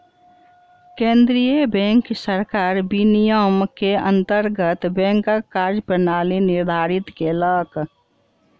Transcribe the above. केंद्रीय बैंक सरकार विनियम के अंतर्गत बैंकक कार्य प्रणाली निर्धारित केलक